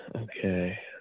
Okay